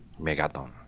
Megaton